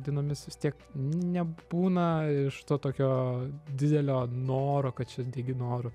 dienomis vis tiek nebūna iš to tokio didelio noro kad čia degi noru